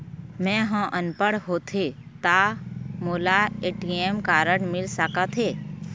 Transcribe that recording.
मैं ह अनपढ़ होथे ता मोला ए.टी.एम कारड मिल सका थे?